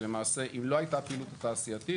ולמעשה אם לא הייתה הפעילות התעשייתית,